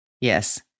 Yes